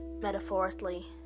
metaphorically